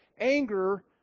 anger